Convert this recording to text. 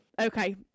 Okay